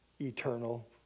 eternal